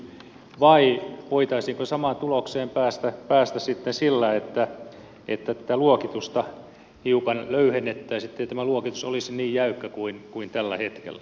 vai voitaisiinko samaan tulokseen päästä sitten sillä että tätä luokitusta hiukan löyhennettäisiin ettei tämä luokitus olisi niin jäykkä kuin tällä hetkellä